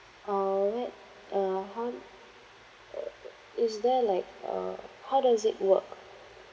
uh whe~ uh how is there like uh how does it work